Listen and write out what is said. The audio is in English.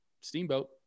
steamboat